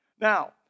Now